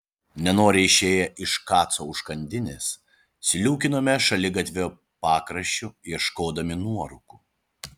nenoriai išėję iš kaco užkandinės sliūkinome šaligatvio pakraščiu ieškodami nuorūkų